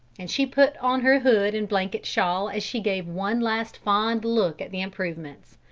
and she put on her hood and blanket-shawl as she gave one last fond look at the improvements.